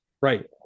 Right